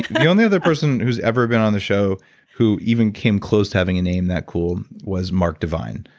the only other person who's ever been on the show who even came close to having a name that cool was mark divine.